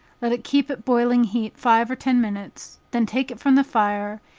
let it keep at boiling heat five or ten minutes then take it from the fire,